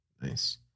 Nice